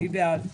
מי בעד?